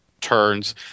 turns